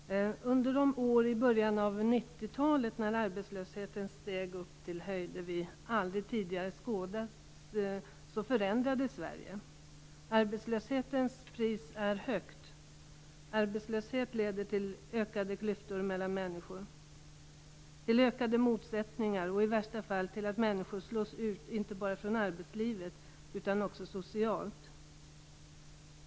Fru talman! Under de år i början av 1990-talet när arbetslösheten steg upp till höjder vi aldrig tidigare skådat förändrades Sverige. Arbetslöshetens pris är högt. Arbetslöshet leder till ökade klyftor mellan människor, till ökade motsättningar och i värsta fall till att människor slås ut inte bara från arbetslivet utan också socialt.